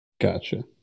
gotcha